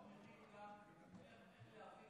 החוק גם מכיל איך להביא גם אזרחים?